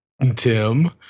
Tim